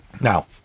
Now